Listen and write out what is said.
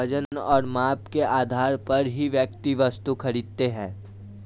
वजन और माप के आधार पर ही व्यक्ति वस्तु खरीदता है